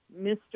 Mr